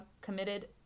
committed